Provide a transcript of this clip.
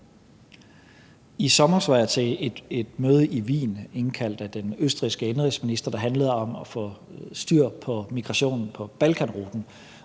I sommer var jeg til et møde i Wien, indkaldt af den østrigske indenrigsminister, der handlede om at få styr på migrationen på Balkanruten,